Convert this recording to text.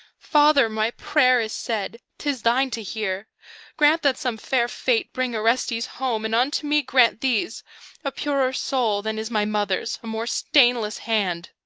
father, my prayer is said tis thine to hear grant that some fair fate bring orestes home, and unto me grant these a purer soul than is my mother's, a more stainless hand.